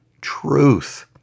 truth